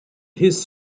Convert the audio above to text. his